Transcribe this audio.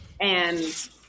and-